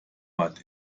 but